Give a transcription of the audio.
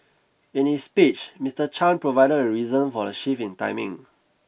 in his speech Mister Chan provided the reason for the shift in timing